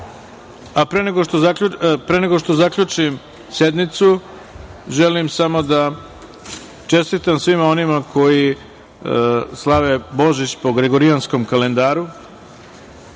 nego što zaključim sednicu, želim samo čestitam svima onima koji slave Božić po Gregorijanskom kalendaru.